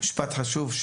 משפט חשוב,